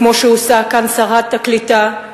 כמו שעושה כאן שרת הקליטה,